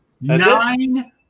nine